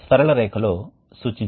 కాబట్టి మనం స్లయిడ్లోకి చూద్దాం